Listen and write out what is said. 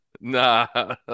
Nah